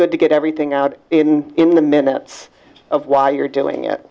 good to get everything out in the minutes of why you're doing it